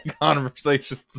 conversations